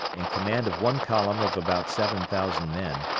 in command of one column of about seven thousand men,